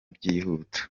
byihuta